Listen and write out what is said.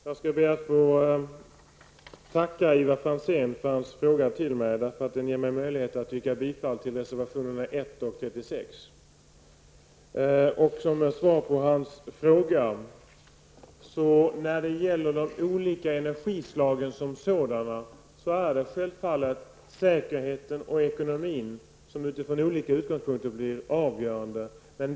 Herr talman! Jag skall be att få tacka Ivar Franzén för hans fråga till mig därför att den ger mig möjlighet att yrka bifall till reservationerna 1 och Som svar på hans fråga beträffande olika energislag är det självfallet säkerheten och ekonomin som utifrån olika utgångspunkter blir avgörande.